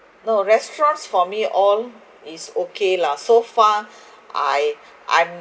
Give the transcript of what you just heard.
no restaurants for me all is okay lah so far I I'm